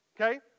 okay